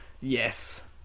Yes